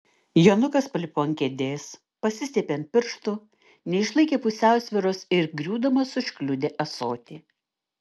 jonukas palipo ant kėdės pasistiepė ant pirštų neišlaikė pusiausvyros ir griūdamas užkliudė ąsotį